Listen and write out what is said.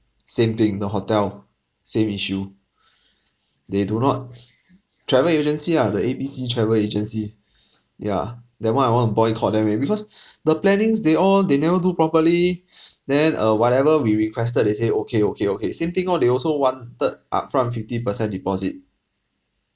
same thing the hotel same issue they do not travel agency ah the A B C travel agency yeah that one I want boycott them !wah! because the plannings they all they never do properly then uh whatever we requested they say okay okay okay same thing orh they also wanted up front fifty percent deposit